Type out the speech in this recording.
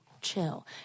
chill